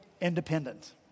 independent